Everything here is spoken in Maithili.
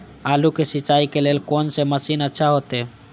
आलू के सिंचाई के लेल कोन से मशीन अच्छा होते?